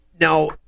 now